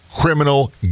criminal